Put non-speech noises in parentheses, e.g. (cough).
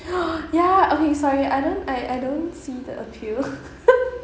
(noise) ya okay sorry I don't I I don't see the appeal (laughs) (noise)